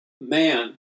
man